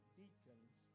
deacons